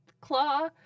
claw